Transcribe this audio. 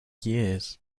years